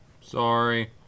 sorry